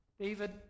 David